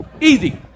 Easy